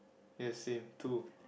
ya same two